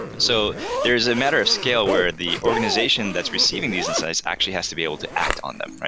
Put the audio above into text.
so there is a matter of scale where the organization that's receiving these insights actually has to be able to act on them.